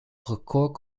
recours